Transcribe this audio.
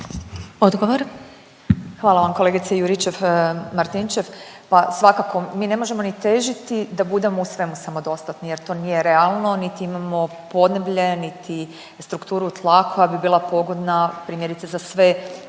Hvala vam kolegice Juričev Marinčev. Pa svakako mi ne možemo ni težiti da budemo u svemu samodostatni jer to nije ni realno niti imamo podneblje, niti strukturu tla koja bi bila pogodna primjerice za sve